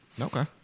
Okay